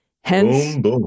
Hence